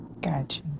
Gotcha